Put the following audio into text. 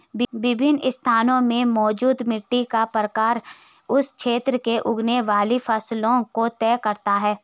विभिन्न स्थानों में मौजूद मिट्टी का प्रकार उस क्षेत्र में उगने वाली फसलों को तय करता है